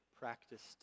practiced